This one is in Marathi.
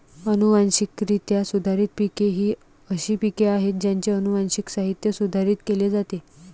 अनुवांशिकरित्या सुधारित पिके ही अशी पिके आहेत ज्यांचे अनुवांशिक साहित्य सुधारित केले जाते